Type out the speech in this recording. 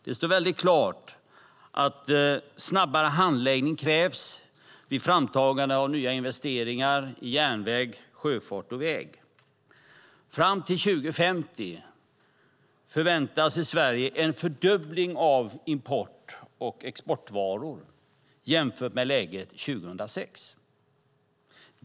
Det står klart att snabbare handläggning krävs vid framtagandet av nya investeringar i järnväg, sjöfart och väg. Fram till 2050 förväntas i Sverige en fördubbling av import och export av varor jämfört med 2006.